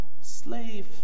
Slave